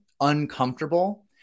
uncomfortable